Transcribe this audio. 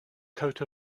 coat